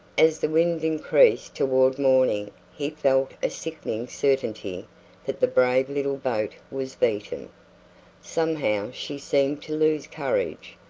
as the wind increased toward morning he felt a sickening certainty that the brave little boat was beaten. somehow she seemed to lose courage,